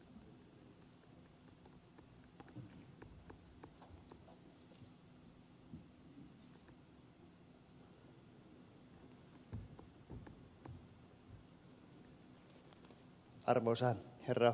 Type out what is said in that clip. arvoisa herra puhemies